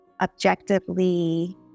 objectively